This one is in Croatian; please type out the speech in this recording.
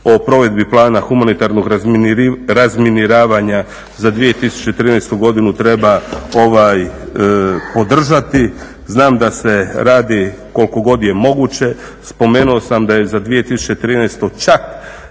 o provedi plana humanitarnog razminiranja za 2013. godinu treba podržati. Znam da se radi koliko god je moguće, spomenuo sam da je za 2013. čak